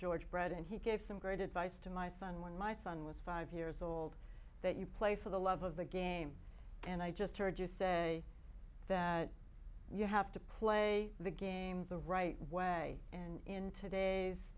george brett and he gave some great advice to my son when my son was five years old that you play for the love of the game and i just heard you say that you have to play the game for the right way and in today's